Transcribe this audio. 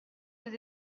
des